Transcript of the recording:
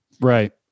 Right